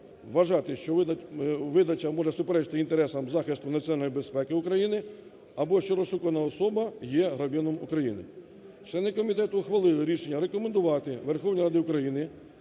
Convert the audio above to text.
вважати, що видача може суперечити інтересам захисту національної безпеки України або що розшукувана особа є громадянином України. Члени комітету ухвалили рішення рекомендувати Верховній Раді України